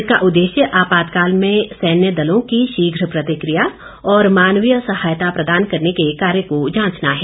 इसका उद्देश्य आपातकाल में सैन्य दलों की शीघ्र प्रतिक्रिया और मानवीय सहायता प्रदान करने के कार्य को जांचना है